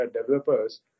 developers